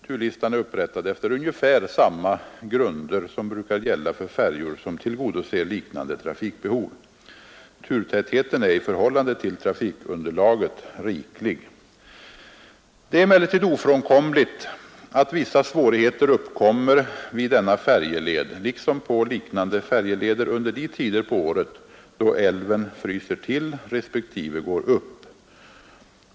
Turlistan är upprättad efter ungefär samma grunder som brukar gälla för färjor som tillgodoser liknande trafikbehov. Turtätheten är i förhållande till trafikunderlaget riklig. Det är emellertid ofrånkomligt att vissa svårigheter uppkommer vid denna färjeled — liksom på liknande färjeleder — under de tider på året då älven fryser till respektive går upp.